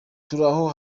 turaho